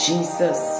Jesus